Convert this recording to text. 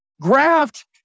graft